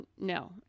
no